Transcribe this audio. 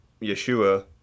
Yeshua